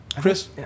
Chris